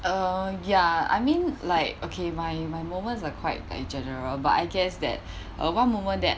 uh yeah I mean like okay my my moments are quite like general but I guess that uh one moment that